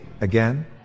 again